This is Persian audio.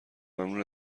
ممنون